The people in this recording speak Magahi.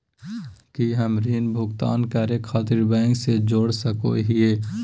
की हम ऋण भुगतान करे खातिर बैंक से जोड़ सको हियै?